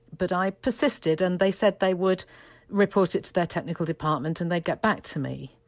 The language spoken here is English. but i persisted and they said they would report it to their technical department and they'd get back to me.